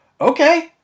okay